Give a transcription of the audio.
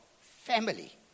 family